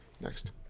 Next